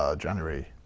ah january,